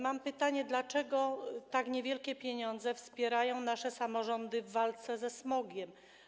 Mam pytanie: Dlaczego tak niewielkie pieniądze wspierają nasze samorządy w walce ze smogiem?